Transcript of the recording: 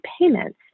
payments